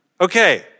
Okay